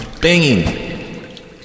banging